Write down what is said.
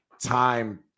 time